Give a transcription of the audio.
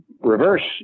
reverse